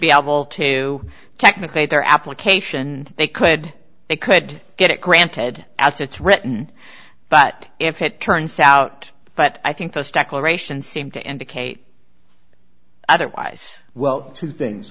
be able to technically their application they could they could get it granted as it's written but if it turns out but i think those declarations seem to indicate at ys well two things